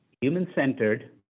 human-centered